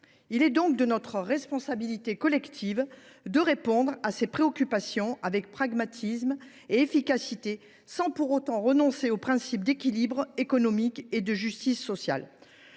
Il est donc de notre responsabilité collective de répondre à ces préoccupations avec pragmatisme et efficacité, sans pour autant renoncer aux principes d’équilibre économique et de justice sociale.